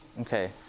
Okay